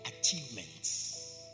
achievements